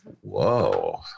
whoa